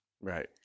Right